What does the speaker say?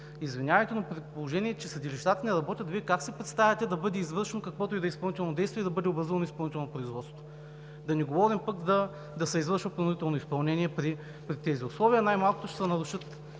Извинявайте, но при положение че съдилищата не работят, Вие как си представяте да бъде извършвано каквото и да е изпълнително действие и да бъде образувано изпълнително производство? Да не говорим пък, да се извършва принудително изпълнение при тези условия, най-малко ще се нарушат